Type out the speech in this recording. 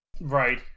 Right